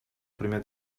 primer